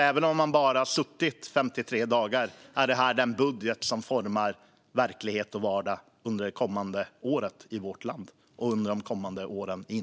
Även om man bara har suttit i 53 dagar är det här den budget som kommer att forma verklighet och vardag i vårt land och inriktningen för de kommande åren.